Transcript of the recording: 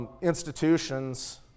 Institutions